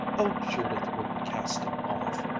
oh, judith wouldn't cast him off!